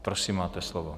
Prosím, máte slovo.